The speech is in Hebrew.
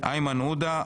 איימן עודה,